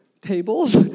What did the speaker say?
tables